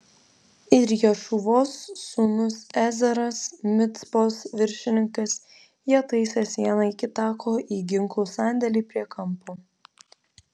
ir ješūvos sūnus ezeras micpos viršininkas jie taisė sieną iki tako į ginklų sandėlį prie kampo